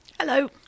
Hello